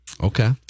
Okay